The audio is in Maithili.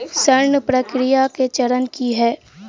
ऋण प्रक्रिया केँ चरण की है?